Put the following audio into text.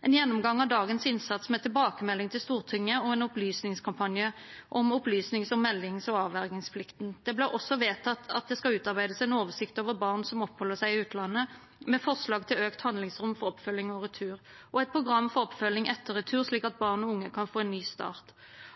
en gjennomgang av dagens innsats med tilbakemelding til Stortinget og en opplysningskampanje om opplysnings-, meldings- og avvergingsplikten. Det ble også vedtatt at det skal utarbeides en oversikt over barn som oppholder seg i utlandet med forslag til økt handlingsrom for oppfølging og retur og et program for oppfølging etter retur, slik at barn og unge kan få en ny start.